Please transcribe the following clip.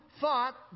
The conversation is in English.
thought